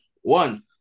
one